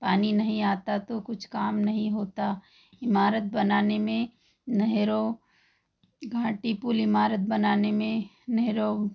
पानी नहीं आता तो कुछ काम नहीं होता इमारत बनाने में नहरों घाटी पुल इमारत बनाने में नहरों